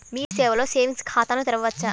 మీ సేవలో సేవింగ్స్ ఖాతాను తెరవవచ్చా?